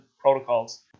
protocols